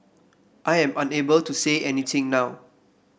I am unable to say anything now